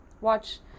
watch